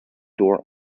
door